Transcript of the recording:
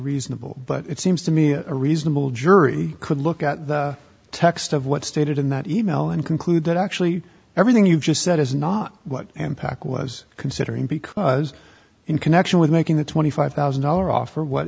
reasonable but it seems to me a reasonable jury could look at the text of what stated in that e mail and conclude that actually everything you've just said is not what unpack was considering because in connection with making the twenty five thousand dollars offer what